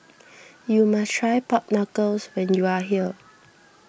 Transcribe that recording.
you must try Pork Knuckle when you are here